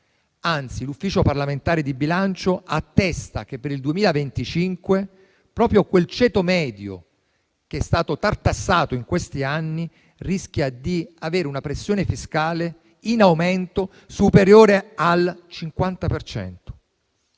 Anzi, l'Ufficio parlamentare di bilancio attesta che per il 2025 proprio quel ceto medio che è stato tartassato in questi anni rischia di avere una pressione fiscale in aumento, superiore al 50